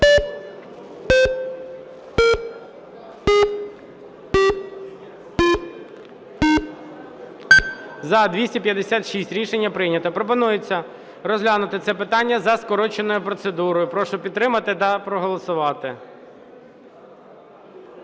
За-256 Рішення прийнято. Пропонується розглянути це питання за скороченою процедурою. Прошу підтримати та проголосувати.